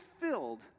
filled